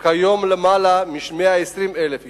וכיום, למעלה מ-120,000 איש.